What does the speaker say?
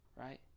Right